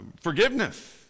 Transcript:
forgiveness